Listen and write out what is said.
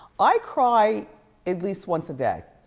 i cry at least once a day.